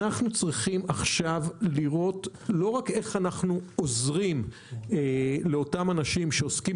אנחנו צריכים עכשיו לראות לא רק איך אנחנו עוזרים לאותם אנשים שעוסקים